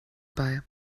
bei